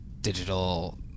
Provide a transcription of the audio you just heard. digital